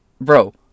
bro